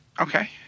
Okay